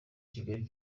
kigali